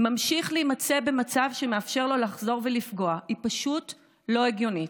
ממשיך להימצא במצב שמאפשר לו לחזור ולפגוע היא פשוט לא הגיונית.